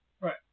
Right